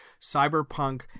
cyberpunk